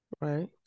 Right